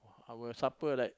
our supper like